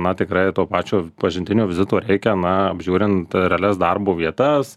na tikrai to pačio pažintinio vizito reikia na apžiūrint realias darbo vietas